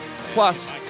Plus